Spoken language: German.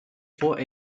vor